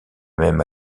même